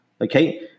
okay